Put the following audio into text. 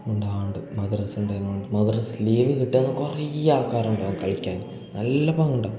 ഉണ്ടാട് മദ്രസ്സെൻ്റെ മദ്രസ്സ ലീവ് കിട്ടാന്ന കുറേ ആൾക്കാരുണ്ടാകും കളിക്കാൻ നല്ല പാങ്ങുണ്ടാം